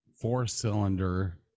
four-cylinder